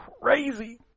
crazy